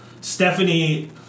Stephanie